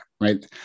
Right